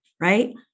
Right